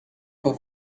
for